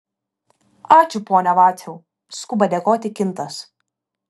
ačiū pone vaciau skuba dėkoti kintas